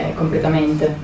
completamente